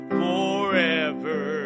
forever